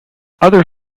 other